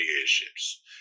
airships